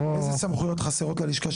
אילו סמכויות חסרות ללשכה,